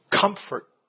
comfort